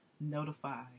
notify